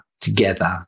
together